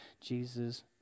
Jesus